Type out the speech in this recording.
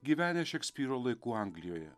gyvenęs šekspyro laikų anglijoje